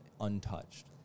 untouched